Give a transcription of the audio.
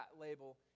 label